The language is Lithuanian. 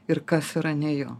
ir kas yra ne jo